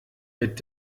mit